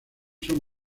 son